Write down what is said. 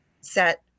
set